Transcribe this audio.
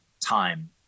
time